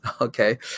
Okay